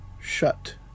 shut